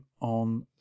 on